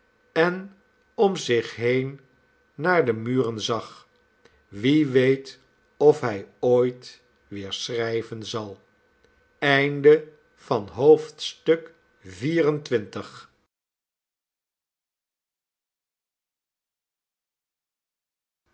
en om zich heen naar de muren zag wie weet of hij ooit weer schrijven zal xxv